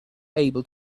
able